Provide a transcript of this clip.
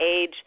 age